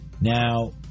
Now